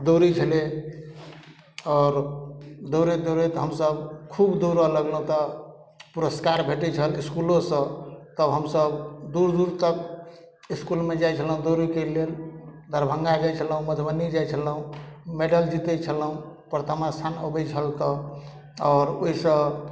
दौड़ै छलै आओर दौड़ैत दौड़ैत हमसब खूब दौड़ऽ लगलहुॅं तऽ पुरस्कार भेटै छल इसकुलोसँ तब हमसब दूर दूर तक इसकुलमे जाइ छलहुॅं दौड़यके लेल दरभंगा जाय छलौं मधुबनी जाय छलौं मेडल जीतय छलौं प्रथमा स्थान अबै छल त और ओयसँ